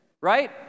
right